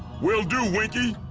will do, winky!